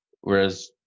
Whereas